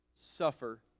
suffer